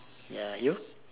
ya you